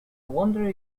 wonder